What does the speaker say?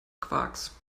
quarks